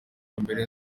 mbere